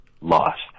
lost